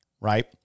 right